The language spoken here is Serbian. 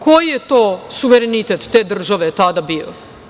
Koji je to suverenitet te države tada bio?